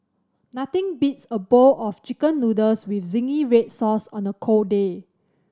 nothing beats a bowl of Chicken Noodles with zingy red sauce on a cold day